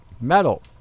metal